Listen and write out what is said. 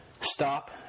Stop